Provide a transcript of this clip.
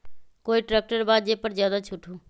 कोइ ट्रैक्टर बा जे पर ज्यादा छूट हो?